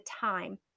time